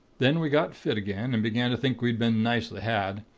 then we got fit again, and began to think we'd been nicely had.